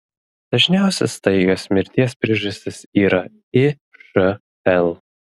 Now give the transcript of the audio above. dažniausia staigios mirties priežastis yra išl